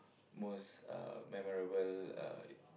most uh memorable uh